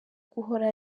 guhora